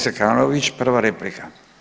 Zekanović prva replika.